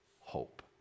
hope